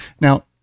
Now